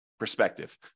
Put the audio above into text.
Perspective